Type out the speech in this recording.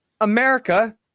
America